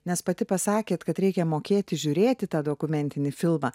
nes pati pasakėte kad reikia mokėti žiūrėti tą dokumentinį filmą